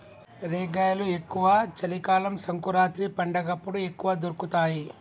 రేగ్గాయలు ఎక్కువ చలి కాలం సంకురాత్రి పండగప్పుడు ఎక్కువ దొరుకుతాయి